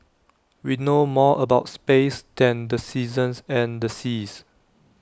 we know more about space than the seasons and the seas